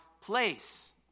place